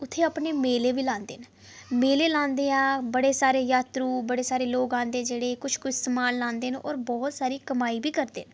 उत्थै अपने मेले बी लांदे न मेले लांदे बड़े सारे जात्तरू बड़े सारे लोक औंदे जेह्ड़े किश किश माल लांदे न ते और बहुत सारी कमाई बी करदे न